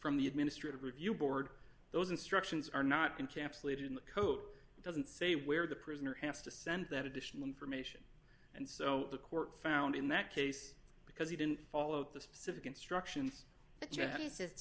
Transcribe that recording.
from the administrative review board those instructions are not in capsulated code doesn't say where the prisoner has to send that additional information and so the court found in that case because he didn't follow the specific instructions